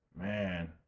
Man